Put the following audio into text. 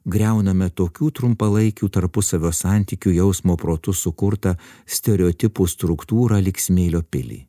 griauname tokių trumpalaikių tarpusavio santykių jausmo protu sukurtą stereotipų struktūrą lyg smėlio pilį